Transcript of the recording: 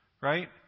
Right